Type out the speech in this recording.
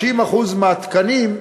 50% מהתקנים,